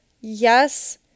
Yes